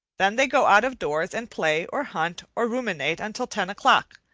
then they go out of doors and play, or hunt, or ruminate until ten o'clock,